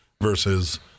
versus